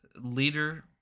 leader